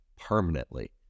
permanently